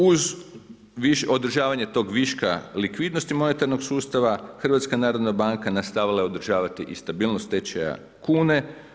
Uz održavanje tog viška likvidnosti monetarnog sustava HNB nastavila je održavati i stabilnost tečaja kune.